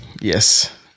Yes